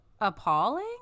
appalling